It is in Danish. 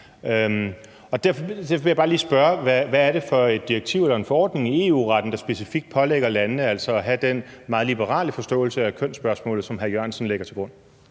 hvad det er for et direktiv eller en forordning i EU-retten, der specifikt pålægger landene at have den meget liberale forståelse af kønsspørgsmålet, som hr. Jørgensen lægger til grund.